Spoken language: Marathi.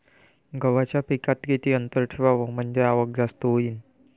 गव्हाच्या पिकात किती अंतर ठेवाव म्हनजे आवक जास्त होईन?